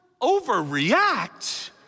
overreact